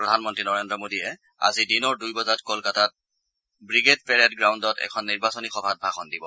প্ৰধানমন্তী নৰেন্দ্ৰ মোদীয়ে আজি দিনৰ দুই বজাত কলকাতাত ৱিগেড পেৰেড গ্ৰাউণ্ডত এখন নিৰ্বাচনী সভাত ভাষণ দিব